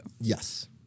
Yes